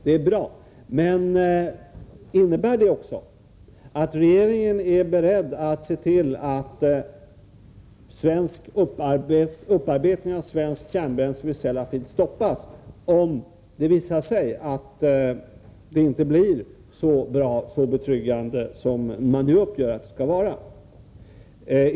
Det är bra. Men innebär det också att regeringen är beredd att se till att upparbetningen av svenskt kärnbränsle i Sellafield stoppas om det visar sig att den inte blir så betryggande som man nu uppger att den skall vara?